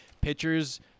pitchers